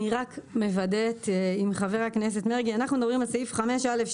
אני רק מוודאת עם חבר הכנסת מרגי אנחנו מדברים על סעיף 5א2(ב).